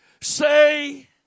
say